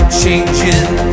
changing